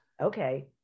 Okay